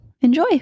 Enjoy